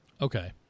Okay